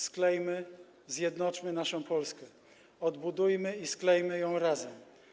Sklejmy, zjednoczmy naszą Polskę, odbudujmy i sklejmy ją razem.